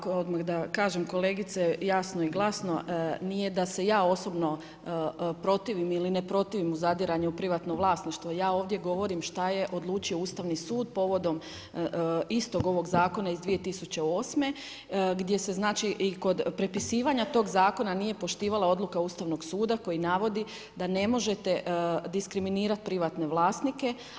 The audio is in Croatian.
Evo ovako odmah da kažem kolegice jasno i glasno, nije da se ja osobno protivim ili ne protivim u zadiranje u privatno vlasništvo, ja ovdje govorim šta je odlučio Ustavni sud povodom istog ovog zakona iz 2008. gdje se i kod prepisivanja tog zakona nije poštivala odluka Ustavnog suda koji navodi da ne možete diskriminirati privatne vlasnike.